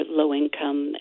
low-income